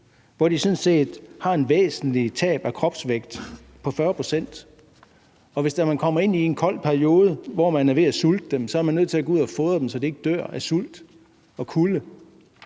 hvor de sådan set har et væsentligt tab af kropsvægt på 40 pct., og at hvis det er, at man kommer ind i en kold periode, mens man er ved at sulte dem, så er man nødt til at gå ud at fodre dem, så de ikke dør af sult og kulde?